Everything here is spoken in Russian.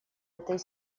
этой